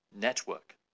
network